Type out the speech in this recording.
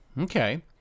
Okay